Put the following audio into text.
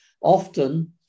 often